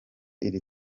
iri